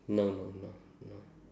no no no no